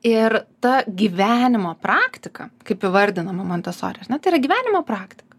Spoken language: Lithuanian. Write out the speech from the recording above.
ir ta gyvenimo praktika kaip įvardinama montesori ar ne tai yra gyvenimo praktika